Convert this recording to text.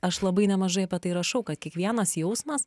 aš labai nemažai apie tai rašau kad kiekvienas jausmas